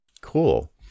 Cool